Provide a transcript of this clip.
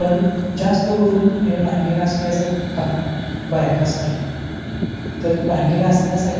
पण जास्त करून हे भांडी घासण्याचं काम बायकाच करतात तर भांडी घासण्या्साठी